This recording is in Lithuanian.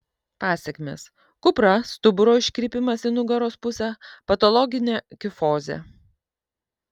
pasekmės kupra stuburo iškrypimas į nugaros pusę patologinė kifozė